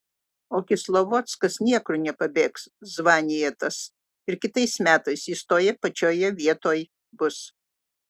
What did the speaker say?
o kislovodskas niekur nepabėgs zvanija tas ir kitais metais jis toje pačioje vietoj bus